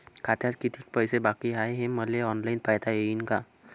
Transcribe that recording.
खात्यात कितीक पैसे बाकी हाय हे मले ऑनलाईन पायता येईन का?